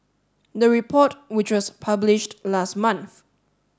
the report which was published last month